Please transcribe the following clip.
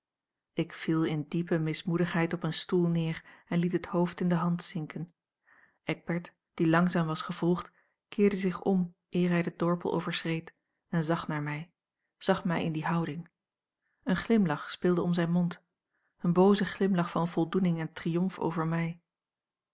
ik viel in diepe mismoedigheid op een stoel neer en liet het hoofd in de hand zinken eckbert die langzaam was gevolgd keerde zich om eer hij den dorpel overschreed en zag naar mij zag mij in die houding een glimlach speelde om zijn mond een booze glimlach van voldoening en triomf over mij